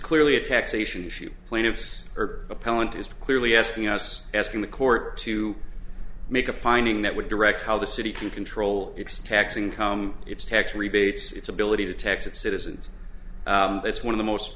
clearly a taxation issue plaintiffs are appellant is clearly asking us asking the court to make a finding that would direct how the city can control its tax income its tax rebates its ability to texas citizens it's one of the most